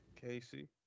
Casey